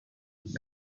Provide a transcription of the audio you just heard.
would